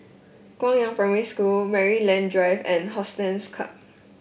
Guangyang Primary School Maryland Drive and Hollandse Club